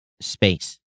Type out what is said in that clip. space